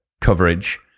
coverage